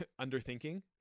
underthinking